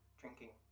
drinking